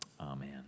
Amen